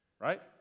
right